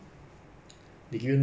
both